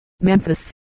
Memphis